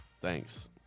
Thanks